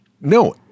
No